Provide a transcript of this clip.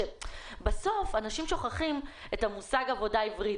בסוף אנשים שוכחים את המושג עבודה עברית.